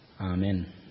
Amen